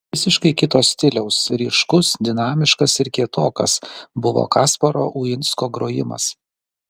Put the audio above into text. visiškai kito stiliaus ryškus dinamiškas ir kietokas buvo kasparo uinsko grojimas